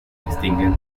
distinguen